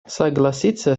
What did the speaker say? согласиться